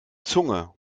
zunge